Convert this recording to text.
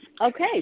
Okay